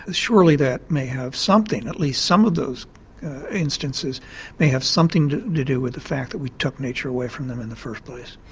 surely that may have something. at least some of those instances may have something to do with the fact that we took nature away from them in the first place.